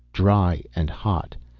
dry and hot.